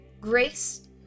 grace